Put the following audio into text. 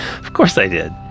of course, i did.